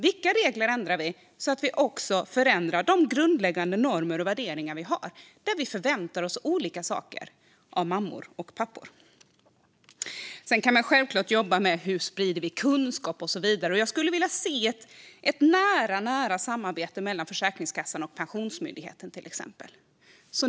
Vilka regler ändrar vi så att vi också förändrar de grundläggande normer och värderingar som finns där vi förväntar oss olika saker av mammor och pappor? Sedan kan vi självklart jobba med hur vi sprider kunskap och så vidare. Jag skulle vilja se ett nära samarbete mellan Försäkringskassan och Pensionsmyndigheten.